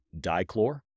dichlor